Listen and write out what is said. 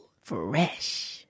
Fresh